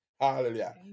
Hallelujah